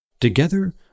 Together